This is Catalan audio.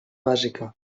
bàsica